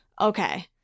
okay